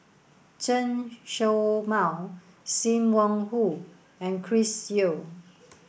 Chen Show Mao Sim Wong Hoo and Chris Yeo